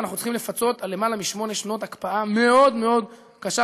ואנחנו צריכים לפצות על למעלה משמונה שנות הקפאה מאוד מאוד קשה,